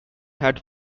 had